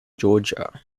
georgia